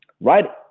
right